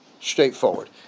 straightforward